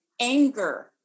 anger